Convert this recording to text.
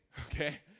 Okay